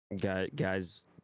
Guys